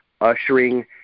ushering